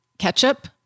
ketchup